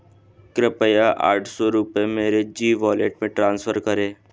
कृपया आठ सौ रुपये मेरे जी वॉलेट में ट्रांसफ़र करें